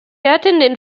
attended